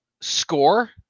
score